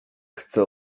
chce